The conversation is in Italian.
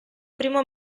primo